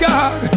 God